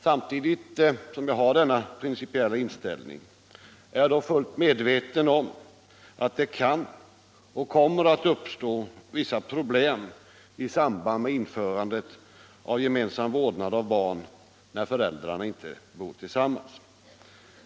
Samtidigt som jag har denna principiella inställning är jag dock fullt medveten om att det kan, och kommer att, uppstå vissa problem i samband med införandet av gemensam vårdnad av barn när föräldrarna inte sammanbor.